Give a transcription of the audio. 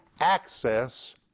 access